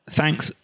thanks